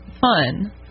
fun